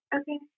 okay